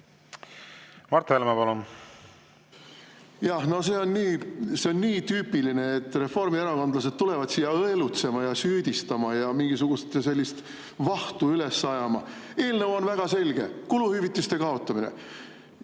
Mart Helme, palun! Mart Helme, palun! No see on nii tüüpiline, et reformierakondlased tulevad siia õelutsema ja süüdistama ja mingisugust vahtu üles ajama. Eelnõu on väga selge: kuluhüvitiste kaotamine.